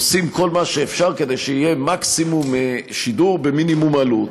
עושים כל מה שאפשר כדי שיהיה מקסימום שידור במינימום עלות.